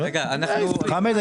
120. חמד,